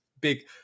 big